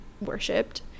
worshipped